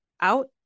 out